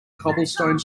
cobblestone